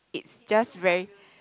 it's just very